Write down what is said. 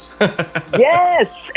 Yes